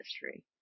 history